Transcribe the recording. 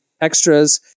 extras